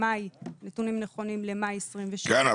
נתונים נכונים למאי 22'. כן,